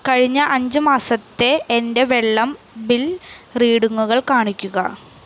കഴിഞ്ഞ അഞ്ച് മാസത്തെ എൻ്റെ വെള്ളം ബിൽ റീഡിംഗുകൾ കാണിക്കുക